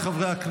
בעד, 15,